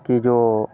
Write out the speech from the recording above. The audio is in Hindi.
की जो